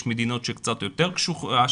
יש מדינות שהשיטות קצת יותר קשוחות,